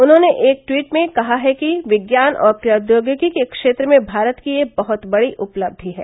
उन्होंने एक ट्वीट में कहा है कि विज्ञान और प्रौद्योगिकी के क्षेत्र में भारत की यह बहुत बड़ी उपलब्धि है